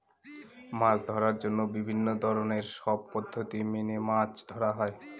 মাছ ধরার জন্য বিভিন্ন ধরনের সব পদ্ধতি মেনে মাছ ধরা হয়